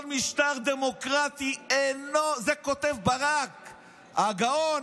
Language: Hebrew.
כל משטר דמוקרטי אינו, את זה כותב ברק, הגאון,